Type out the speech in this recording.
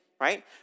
right